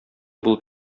булып